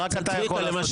רק אתה יכול --- צביקה,